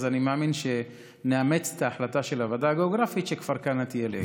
אני מאמין שנאמץ את ההחלטה של הוועדה הגיאוגרפית שכפר כנא תהיה לעיר.